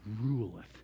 ruleth